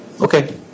Okay